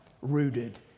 rooted